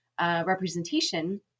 representation